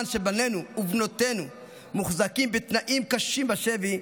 שבנינו ובנותינו מוחזקים בתנאים קשים בשבי,